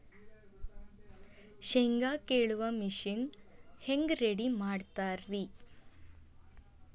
ಶೇಂಗಾ ಕೇಳುವ ಮಿಷನ್ ಹೆಂಗ್ ರೆಡಿ ಮಾಡತಾರ ರಿ?